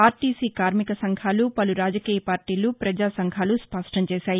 RTC కార్మిక సంఘాలు పలు రాజకీయ పార్టీలు ప్రజాసంఘాలు స్పష్టం చేశాయి